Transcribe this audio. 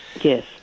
Yes